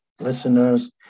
listeners